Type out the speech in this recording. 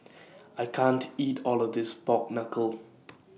I can't eat All of This Pork Knuckle